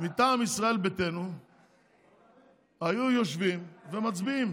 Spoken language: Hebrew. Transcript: מטעם ישראל ביתנו היו יושבים ומצביעים